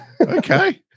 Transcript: Okay